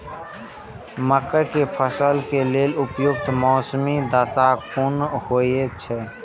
मके के फसल के लेल उपयुक्त मौसमी दशा कुन होए छै?